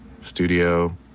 studio